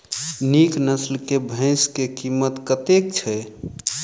नीक नस्ल केँ भैंस केँ कीमत कतेक छै?